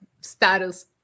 status